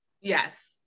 yes